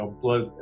blood